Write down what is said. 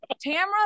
Tamara